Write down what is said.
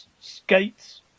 skates